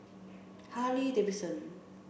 Harley Davidson